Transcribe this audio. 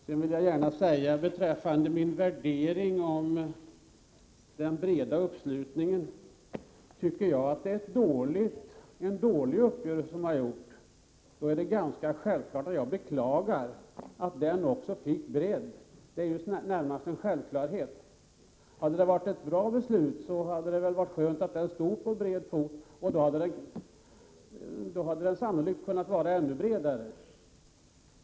Sedan vill jag gärna säga följande beträffande min värdering om den breda uppslutningen. Tycker jag att det är en dålig uppgörelse som har gjorts, är det närmast en självklarhet att jag beklagar att den också fick bredd. Hade det varit ett bra beslut, hade det ju varit skönt med en bred uppslutning. Då hade den sannolikt kunnat vara ännu bredare.